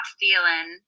feeling